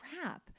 crap